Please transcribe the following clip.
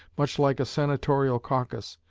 much like a senatorial caucus,